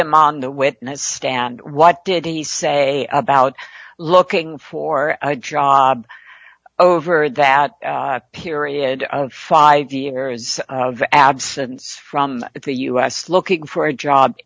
him on the witness stand what did he say about looking for a job over that period of five years absence from the us looking for a job